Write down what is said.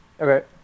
Okay